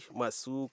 masu